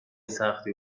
سختی